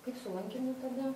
kaip su lankymu tada